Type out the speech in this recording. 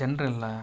ಜನರಿಲ್ಲ